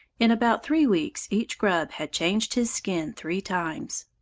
in about three weeks each grub had changed his skin three times.